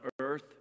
earth